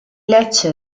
lecce